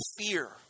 fear